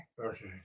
Okay